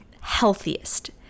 healthiest